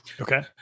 Okay